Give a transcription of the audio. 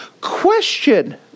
question